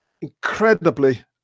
incredibly